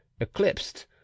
eclipsed